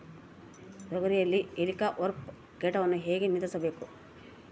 ತೋಗರಿಯಲ್ಲಿ ಹೇಲಿಕವರ್ಪ ಕೇಟವನ್ನು ಹೇಗೆ ನಿಯಂತ್ರಿಸಬೇಕು?